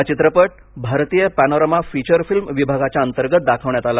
हा चित्रपट भारतीय पॅनोरामा फीचर फिल्म विभागाच्या अंतर्गत दाखविण्यात आला